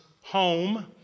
home